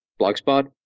Blogspot